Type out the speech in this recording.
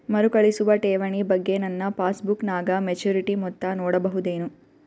ಮರುಕಳಿಸುವ ಠೇವಣಿ ಬಗ್ಗೆ ನನ್ನ ಪಾಸ್ಬುಕ್ ನಾಗ ಮೆಚ್ಯೂರಿಟಿ ಮೊತ್ತ ನೋಡಬಹುದೆನು?